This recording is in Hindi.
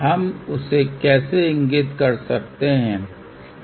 हम उसे कैसे इगिंत कर सकते हैं